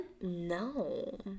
No